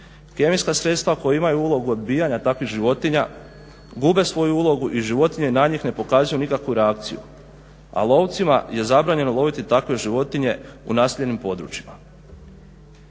Kemijska sredstva koja imaju ulogu odbijanja takvih životinja gube svoju ulogu i životinje na njih ne pokazuju nikakvu reakciju, a lovcima je zabranjeno loviti takve životinje u naseljenim područjima.